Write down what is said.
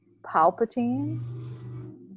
Palpatine